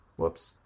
whoops